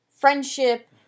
friendship